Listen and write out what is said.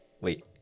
Wait